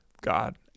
God